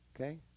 Okay